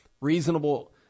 reasonable